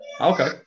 okay